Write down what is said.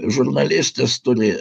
žurnalistas turi